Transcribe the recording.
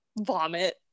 Vomit